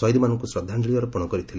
ଶହୀଦମାନଙ୍କୁ ଶ୍ରଦ୍ଧାଞ୍ଜଳି ଅର୍ପଣ କରିଥିଲେ